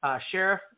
sheriff